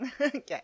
Okay